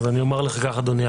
אדוני,